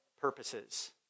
purposes